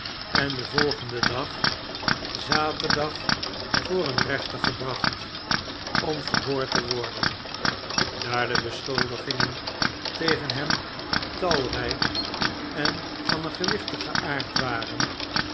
en den volgenden dag t zaterdag voor een reenter gebracht om verhoord te worden daar de beschuldigingen tegen hem talrijk en van een gewichtigen aard waren